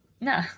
no